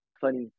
funny